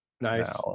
Nice